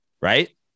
right